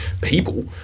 people